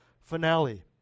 finale